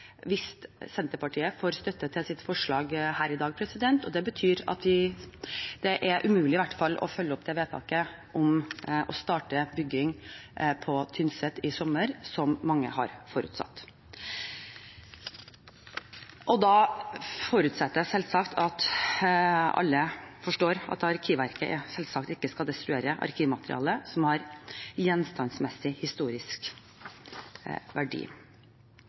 hvis Senterpartiet får støtte til sitt forslag her i dag, og det betyr at det i hvert fall er umulig å følge opp vedtaket om å starte bygging på Tynset i sommer, som mange har forutsatt. Jeg forutsetter at alle forstår at Arkivverket selvsagt ikke skal destruere arkivmateriale som gjenstandsmessig har historisk verdi.